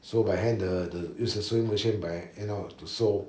so by hand the the use the sewing machine by hand lor to sew